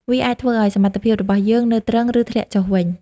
វាអាចធ្វើឱ្យសមត្ថភាពរបស់យើងនៅទ្រឹង ឬធ្លាក់ចុះវិញ។